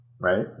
right